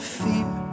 fear